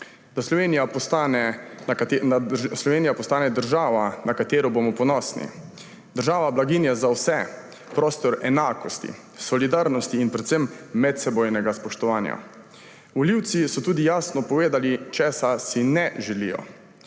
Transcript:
Da Slovenija postane država, na katero bomo ponosni, država blaginje za vse, prostor enakosti, solidarnosti in predvsem medsebojnega spoštovanja. Volivci so tudi jasno povedali, česa si ne želijo.